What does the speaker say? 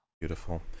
Beautiful